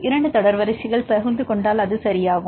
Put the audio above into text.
2 தொடர் வரிசைகள் பகிர்ந்து கொண்டால் அது சரி ஆகும்